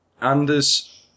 Anders